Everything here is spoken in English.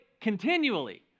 continually